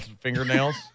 fingernails